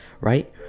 right